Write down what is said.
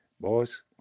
boys